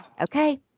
okay